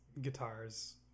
guitars